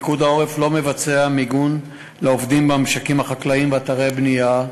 פיקוד העורף לא מבצע מיגון לעובדים במשקים החקלאיים באתרי הבנייה.